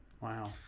Wow